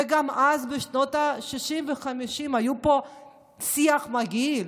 וגם אז, בשנות החמישים והשישים, היה פה שיח מגעיל